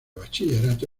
bachillerato